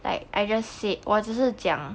like I just said 我只是讲